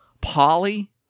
Polly